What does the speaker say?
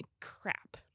crap